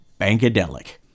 Bankadelic